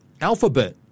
Alphabet